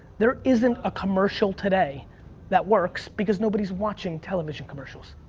there isn't a commercial today that works because nobody's watching television commercials.